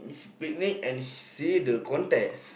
this picnic and see the contest